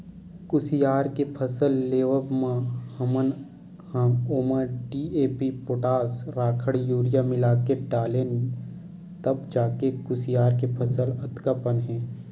कुसियार के फसल लेवब म हमन ह ओमा डी.ए.पी, पोटास, राखड़, यूरिया मिलाके डालेन तब जाके कुसियार के फसल अतका पन हे